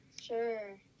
sure